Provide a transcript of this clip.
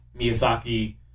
Miyazaki